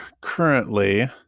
currently